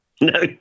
No